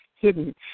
hidden